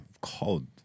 Cold